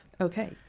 Okay